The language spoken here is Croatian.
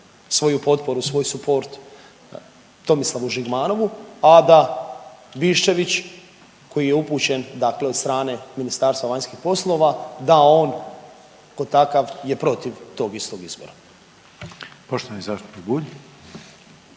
svoju potporu, svoj suport Tomislavu Žigmanovu, a da Biščević koji je upućen dakle od strane Ministarstva vanjskih poslova, da on kao takav je protiv tog istog izbora? **Reiner, Željko